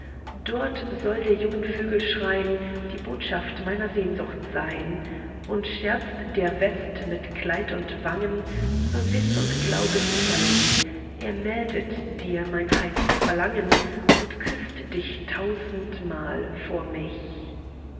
dort soll der jungen vögel schrei'n die botschaft meiner sehnsucht sein und scherzt der west mit kleid und wangen so wiss und glaube sicherlich er meldet dir mein heiß verlangen und küßt dich tausendmal vor mich